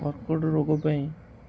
କର୍କଟ ରୋଗ ପାଇଁ